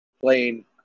playing –